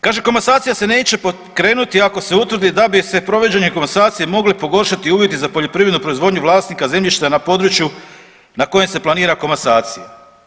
Kaže komasacija se neće pokrenuti ako se utvrdi da bi se provođenjem komasacije mogli pogoršati uvjeti za poljoprivrednu proizvodnju vlasnika zemljišta na području na kojem se planira komasacija.